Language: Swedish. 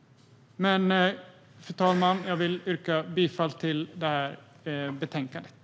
Fru talman! Jag yrkar bifall till förslaget i betänkandet.